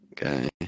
Okay